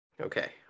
Okay